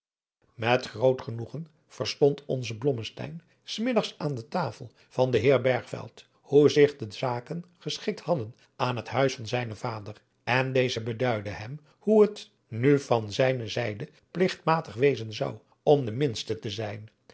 met groot genoegen verstond onze blommesteyn s middags aan de tasel van den heer bergveld hoe zich de zaken geschikt hadden aan het huis van zijnen vader en deze beduidde hem hoe het nu van zijne zijde pligtmatig wezen zou om de minste te zijn